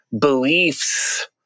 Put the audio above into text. beliefs